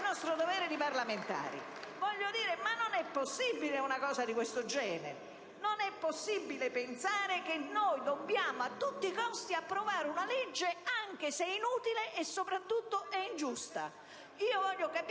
nostro dovere di parlamentari. Non è possibile una cosa di questo genere! Non è possibile pensare che noi dobbiamo a tutti i costi approvare una legge anche se è inutile e, soprattutto, ingiusta.